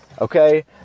okay